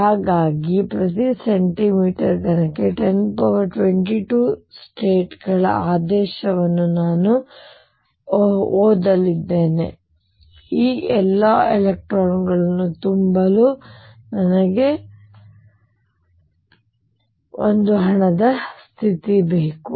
ಹಾಗಾಗಿ ಪ್ರತಿ ಸೆಂಟಿಮೀಟರ್ ಘನಕ್ಕೆ 1022 ಸ್ಟೇಟ್ ಗಳ ಆದೇಶವನ್ನು ನಾನು ಓದಿದ್ದೇನೆ ಈ ಎಲ್ಲ ಎಲೆಕ್ಟ್ರಾನ್ ಗಳನ್ನು ತುಂಬಲು ನನಗೆ ಆ ಹಣದ ಸ್ಥಿತಿ ಬೇಕು